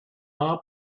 our